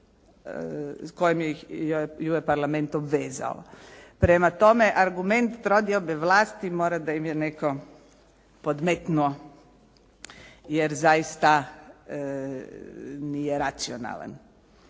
s kojim ju je Parlament obvezao. Prema tome, argument trodiobe vlasti mora da im je netko podmetnuo, jer zaista nije racionalan.